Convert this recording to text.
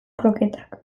kroketak